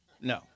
No